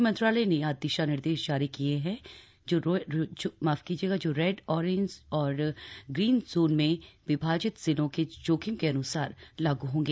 गृह मंत्रालय ने दिशा निर्देश जारी किये हैं जो रेडए ऑरेंज और ग्रीन जोन में विभाजित जिलों के जोखिम के अन्सार लाग् होंगे